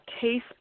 case